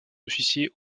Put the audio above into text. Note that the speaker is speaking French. officier